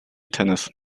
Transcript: tennis